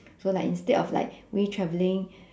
so like instead of like we traveling